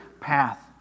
path